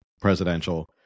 presidential